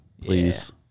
please